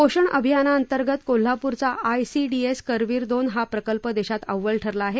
पोषण अभियानांतर्गत कोल्हापूरचा आयसीडीएस करवीर दोन हा प्रकल्प देशात अव्वल ठरला आहे